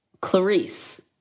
Clarice